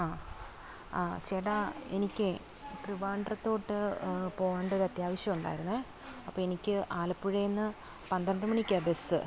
ആ ആ ചേട്ടാ എനിക്കെ ട്രിവാൻഡ്രത്തോട്ട് പോകേണ്ടൊരു അത്യാവശ്യമുണ്ടായിരുന്നു അപ്പോൾ എനിക്ക് ആലപ്പുഴേന്ന് പന്ത്രണ്ട് മണിക്കാണ് ബെസ്സ്